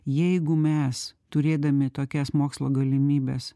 jeigu mes turėdami tokias mokslo galimybes